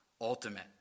ultimate